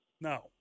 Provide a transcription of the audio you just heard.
No